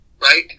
Right